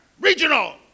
regional